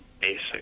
basic